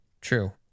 True